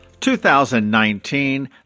2019